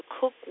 cook